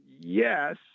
Yes